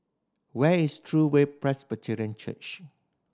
where is True Way Presbyterian Church